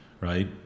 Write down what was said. right